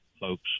folks